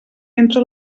entre